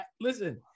Listen